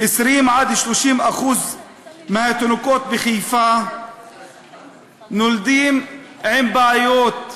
20% 30% מהתינוקות בחיפה נולדים עם בעיות,